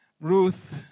Ruth